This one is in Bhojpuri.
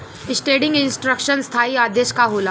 स्टेंडिंग इंस्ट्रक्शन स्थाई आदेश का होला?